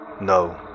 No